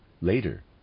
later